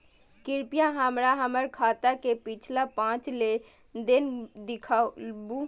कृपया हमरा हमर खाता के पिछला पांच लेन देन दिखाबू